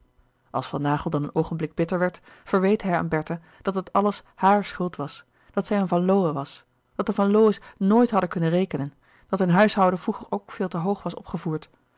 van naghel dan een oogenblik bitter werd verweet hij aan bertha dat het alles hare schuld was dat zij een van lowe was dat de van lowe's nooit hadden kunnen rekenen dat hun huishouden vroeger ook veel te hoog was opgevoerd